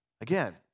Again